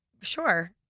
Sure